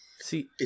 See